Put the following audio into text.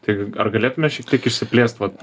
tai ar galėtume šiek tiek išsiplėst vat